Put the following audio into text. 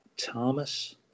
Thomas